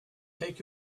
take